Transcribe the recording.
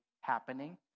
happening